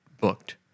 booked